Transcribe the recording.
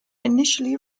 initially